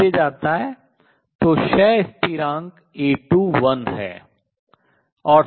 नीचे जाता है तो क्षय स्थिरांक A21 है